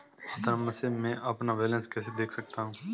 आधार number से मैं अपना बैलेंस कैसे देख सकता हूँ?